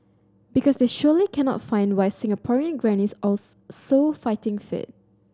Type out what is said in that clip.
because they surely cannot find why Singaporean grannies are so fighting fit